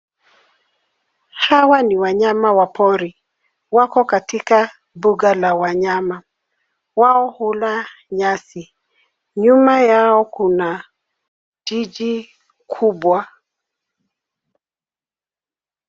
Hawa ni wanyama wa pori. Wako katika mbuga la wanyama. Wao hula nyasi. Nyuma yao kuna jiji kubwa.